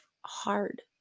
hard